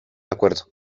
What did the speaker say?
acuerdo